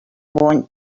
want